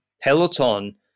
Peloton